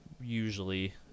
usually